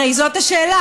הרי זאת השאלה.